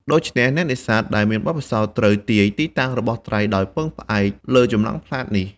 ដូច្នេះ អ្នកនេសាទដែលមានបទពិសោធន៍ត្រូវទាយទីតាំងរបស់ត្រីដោយផ្អែកលើចំណាំងផ្លាតនេះ។